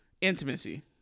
Intimacy